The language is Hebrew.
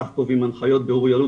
כך קובעים הנחיות בירור יהדות,